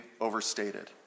overstated